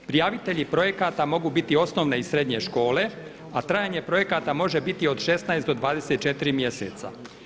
Prijavitelji projekata mogu biti osnovne i srednje škole, a trajanje projekata može biti od 16 do 24 mjeseca.